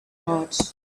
heart